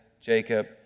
Jacob